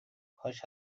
کاش